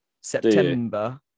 September